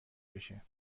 بشه